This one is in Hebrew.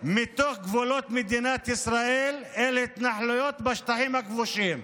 מתוך גבולות מדינת ישראל אל ההתנחלויות בשטחים הכבושים.